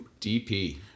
DP